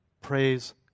Praise